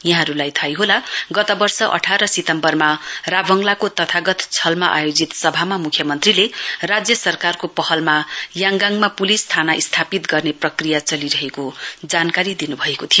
यहाँहरूलाई थाहै होला गत वर्ष आठार सितम्बरमा राभाङलाको तथागत छलमा आयोजित सभामा मुख्यमन्त्रीले राज्य सरकारको पहलमा याङगाङमा पुलिस थाना स्थापित गर्ने प्रक्रिया चलिरहेको कुरो बताउनु भएको थियो